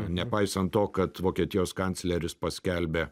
nepaisant to kad vokietijos kancleris paskelbė